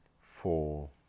four